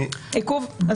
עיכוב.